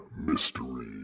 mystery